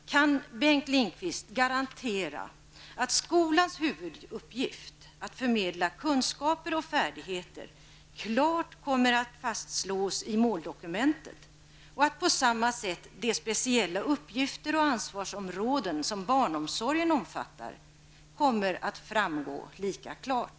Kan Bengt Lindqvist garantera att skolans huvuduppgift att förmedla kunskaper och färdigheter klart kommer att fastslås i måldokumentet och att på samma sätt de speciella uppgifter och ansvarsområdena som barnomsorgen omfattar kommer att framgå lika klart?